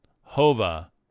Hova